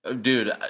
Dude